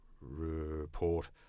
report